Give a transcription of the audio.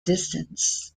distance